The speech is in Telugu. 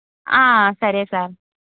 సరే సార్